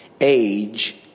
age